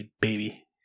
Baby